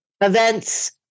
events